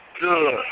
good